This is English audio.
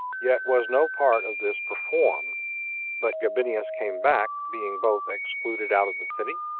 yet was no part of this performed but gabinius came back, being both excluded out of the city,